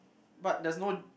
but there's no